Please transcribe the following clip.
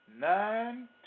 nine